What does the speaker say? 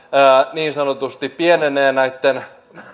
niin sanotusti pienenee näitten